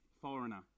foreigner